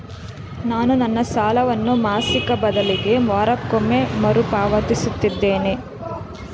ನಾನು ನನ್ನ ಸಾಲವನ್ನು ಮಾಸಿಕ ಬದಲಿಗೆ ವಾರಕ್ಕೊಮ್ಮೆ ಮರುಪಾವತಿಸುತ್ತಿದ್ದೇನೆ